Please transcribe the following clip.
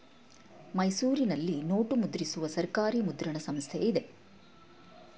ಮೈಸೂರಿನಲ್ಲಿ ನೋಟು ಮುದ್ರಿಸುವ ಸರ್ಕಾರಿ ಮುದ್ರಣ ಸಂಸ್ಥೆ ಇದೆ